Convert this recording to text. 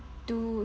to